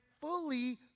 fully